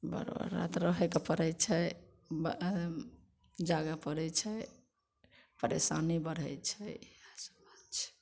भर भर राति रहैके पड़ैत छै जागए पड़ैत छै परेशानी बढ़ैत छै